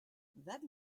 that